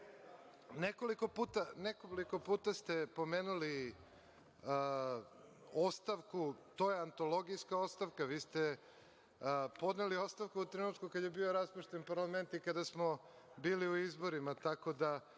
puta ste spomenuli ostavku. To je antologijska ostavka, jer ste podneli ostavku u trenutku kada je bio raspušten parlament i kada smo bili u izborima. Tako da